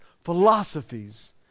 philosophies